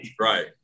Right